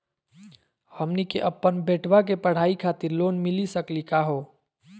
हमनी के अपन बेटवा के पढाई खातीर लोन मिली सकली का हो?